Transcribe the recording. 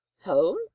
home